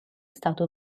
stato